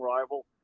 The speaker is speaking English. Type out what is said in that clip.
rival